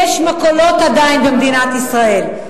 יש עדיין מכולות במדינת ישראל,